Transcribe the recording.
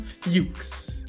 Fuchs